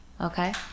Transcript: Okay